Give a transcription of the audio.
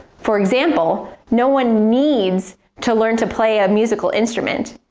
for example, no one needs to learn to play a musical instrument,